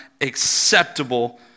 acceptable